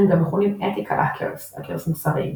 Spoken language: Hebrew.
הם גם מכונים Ethical Hackers - "האקרים מוסריים".